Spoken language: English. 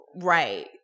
Right